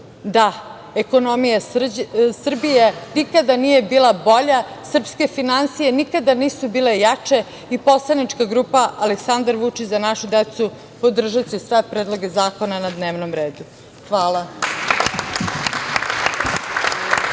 Ekonomija Srbije nikada nije bila bolja. Srpske finansije nikada nisu bile jače i poslaničke grupa Aleksandar Vučić – Za našu decu, podržaće sve predloge zakona na dnevnom redu. Hvala.